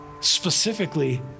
specifically